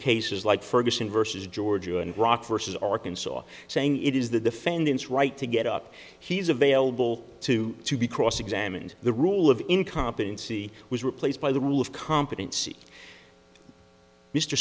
cases like ferguson versus georgia and rock versus arkansas saying it is the defendant's right to get up he's available to be cross examined the rule of incompetency was replaced by the rule of competency mr